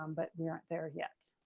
um but we aren't there yet.